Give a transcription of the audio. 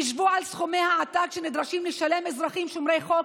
חשבו על סכומי העתק שנדרשים לשלם אזרחים שומרי חוק,